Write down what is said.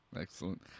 Excellent